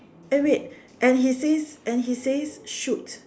eh wait and he says and he says shoot